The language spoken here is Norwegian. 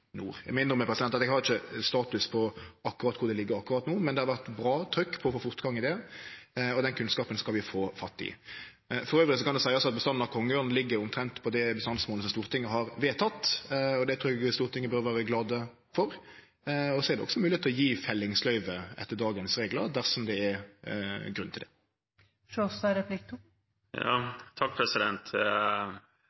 Eg må innrømme at eg ikkje har status på korleis det ligg an akkurat no, men det har vore bra trykk på å få fortgang i det, og den kunnskapen skal vi få fatt i. Elles kan eg seie at bestanden av kongeørn ligg omtrent på det bestandsmålet som Stortinget har vedteke, og det trur eg Stortinget bør vere glad for. Så er det også mogleg å gje fellingsløyve etter dagens reglar, dersom det er grunn til